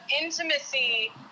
intimacy